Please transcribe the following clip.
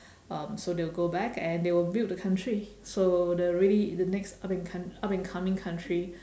um so they will go back and they will build the country so the ready the next up com~ up and coming country